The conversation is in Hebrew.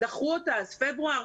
דחו אותה, אז פברואר.